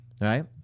right